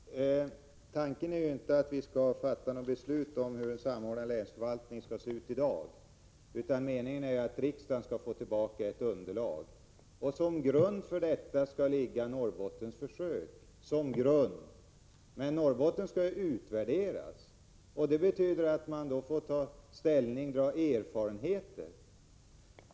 Fru talman! För det första är tanken inte att vi i dag skall fatta beslut om hur en samordnad länsförvaltning skall se ut, utan meningen med det hela är att riksdagen skall få ett underlag. Norrbottensförsöket är avsett att ligga som grund. Försöksverksamheten i Norrbotten skall emellertid utvärderas, och det betyder att man får möjlighet att ta ställning och vinna erfarenhet.